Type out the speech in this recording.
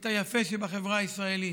את היפה שבחברה הישראלית,